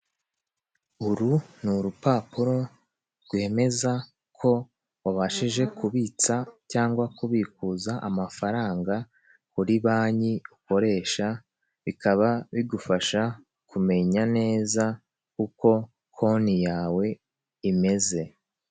Uru ni urupapuro rwemeza ko wabashije kubitsa cyangwa kubikuza amafaranga kuri banki ukoresha, bikaba bigufasha kumenya neza uko konti yawe imeze.